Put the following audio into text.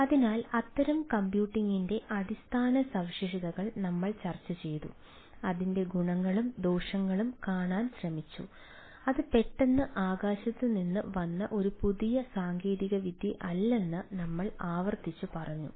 അതിനാൽ അത്തരം കമ്പ്യൂട്ടിംഗിന്റെ അടിസ്ഥാന സവിശേഷതകൾ നമ്മൾ ചർച്ച ചെയ്തു അതിൻറെ ഗുണങ്ങളും ദോഷങ്ങളും കാണാൻ ശ്രമിച്ചു അത് പെട്ടെന്ന് ആകാശത്ത് നിന്ന് വന്ന ഒരു പുതിയ സാങ്കേതികവിദ്യയല്ലെന്ന് നമ്മൾ ആവർത്തിച്ച് പറഞ്ഞു